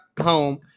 home